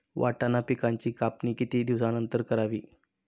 वाटाणा पिकांची कापणी किती दिवसानंतर करावी?